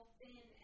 thin